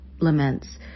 laments